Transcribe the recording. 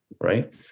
right